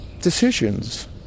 decisions